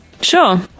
Sure